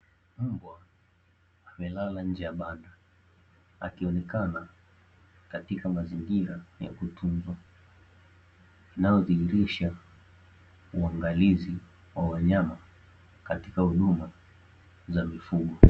Mbwa amelala nje ya banda akionekana katika mazingira ya kutunzwa, na hudhihirisha uangalizi wa wananyama katika huduma za mifugo.